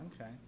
Okay